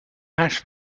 hash